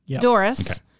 Doris